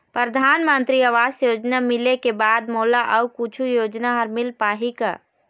परधानमंतरी आवास योजना मिले के बाद मोला अऊ कुछू योजना हर मिल पाही का?